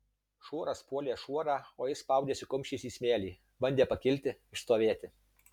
šuoras puolė šuorą o jis spaudėsi kumščiais į smėlį bandė pakilti išstovėti